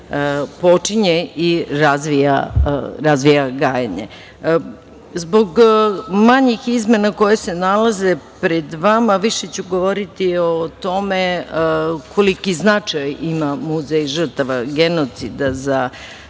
počinje i razvija gajenje. Zbog manjih izmena koje se nalaze pre vama više ću govoriti o tome koliki značaj ima Muzej žrtva genocida za